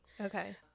Okay